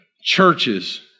churches